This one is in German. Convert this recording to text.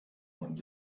und